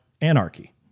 anarchy